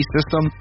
System